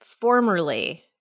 formerly